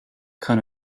kann